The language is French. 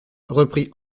reprit